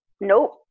Nope